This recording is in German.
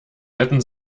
hätten